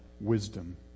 wisdom